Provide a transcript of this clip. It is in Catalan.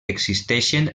existeixen